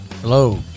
Hello